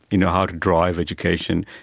you know, how to drive education,